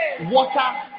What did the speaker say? water